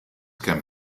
can